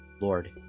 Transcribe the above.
Lord